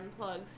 unplugs